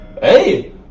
Hey